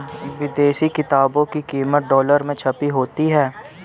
विदेशी किताबों की कीमत डॉलर में छपी होती है